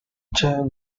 chain